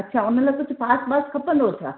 अच्छा उन लाइ कुझु पास वास खपंदो छा